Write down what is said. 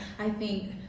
i think.